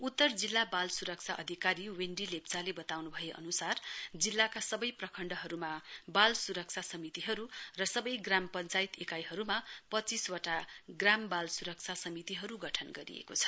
उत्तरका जिल्ला बाल स्रक्षा अधिकारी वेन्डी लेप्चाले बताउन्भए अन्सार जिल्लाका सबै प्रखण्डहरूमा बाल स्रक्षा समितिहरू र सबै ग्राम पञ्चायत इकाइहरूमा पच्चीस ग्राम वाल सुरक्षा समितिहरू गठन गरिएको छ